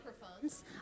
microphones